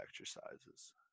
exercises